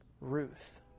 Ruth